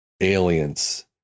aliens